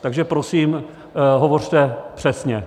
Takže prosím hovořte přesně.